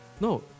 no